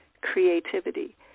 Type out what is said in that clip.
creativity